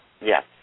Yes